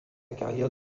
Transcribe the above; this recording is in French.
carrière